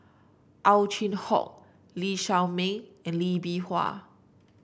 Ow Chin Hock Lee Shao Meng and Lee Bee Wah